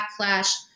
backlash